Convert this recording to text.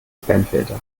spamfilter